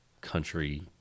country